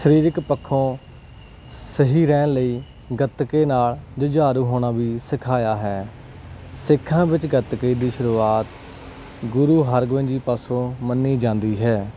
ਸਰੀਰਕ ਪੱਖੋਂ ਸਹੀ ਰਹਿਣ ਲਈ ਗੱਤਕੇ ਨਾਲ ਜੁਝਾਰੂ ਹੋਣਾ ਵੀ ਸਿਖਾਇਆ ਹੈ ਸਿੱਖਾਂ ਵਿੱਚ ਗੱਤਕੇ ਦੀ ਸ਼ੁਰੂਆਤ ਗੁਰੂ ਹਰਗੋਬਿੰਦ ਜੀ ਪਾਸੋਂ ਮੰਨੀ ਜਾਂਦੀ ਹੈ